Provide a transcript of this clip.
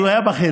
הוא היה בחדר,